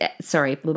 sorry